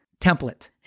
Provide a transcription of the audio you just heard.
template